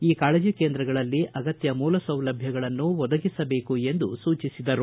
ಈ ಕಾಳಜ ಕೇಂದ್ರಗಳಲ್ಲಿ ಅಗತ್ಯ ಮೂಲಸೌಲಭ್ಞಗಳನ್ನು ಒದಗಿಸಬೇಕು ಎಂದು ಸೂಚಿಸಿದರು